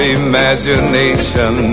imagination